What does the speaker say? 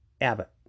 Abbott